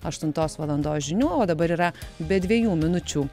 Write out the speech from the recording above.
aštuntos valandos žinių o dabar yra be dviejų minučių